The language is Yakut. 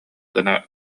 гына